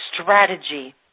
strategy